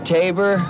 Tabor